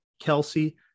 Kelsey